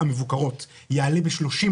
בשתיים